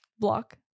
block